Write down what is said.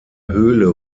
höhle